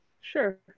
Sure